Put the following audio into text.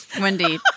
Wendy